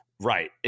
Right